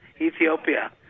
Ethiopia